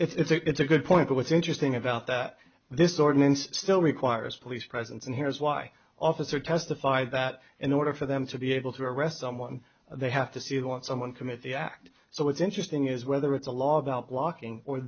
that it's a good point but what's interesting about that this ordinance still requires police presence and here's why officer testified that in order for them to be able to arrest someone they have to see what someone commit the act so what's interesting is whether it's a law about blocking or